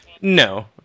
no